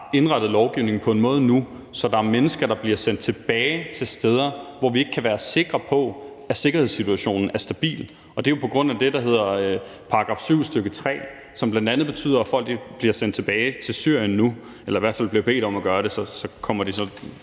indrettet lovgivningen på en måde, så der er mennesker, der bliver sendt tilbage til steder, hvor vi ikke kan være sikre på at sikkerhedssituationen er stabil. Og det er jo på grund af § 7, stk. 3, som bl.a. betyder, at folk bliver sendt tilbage til Syrien nu eller i hvert fald bliver bedt om at rejse tilbage. De kommer så